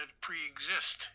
pre-exist